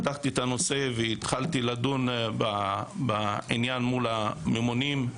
התחלתי לדון בעניין מול הממונים,